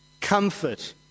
Comfort